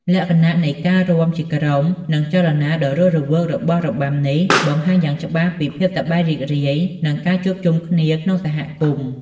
លក្ខណៈនៃការរាំជាក្រុម និងចលនាដ៏រស់រវើករបស់របាំនេះ បង្ហាញយ៉ាងច្បាស់ពីភាពសប្បាយរីករាយ និងការជួបជុំគ្នាក្នុងសហគមន៍។